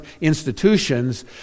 institutions